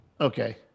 Okay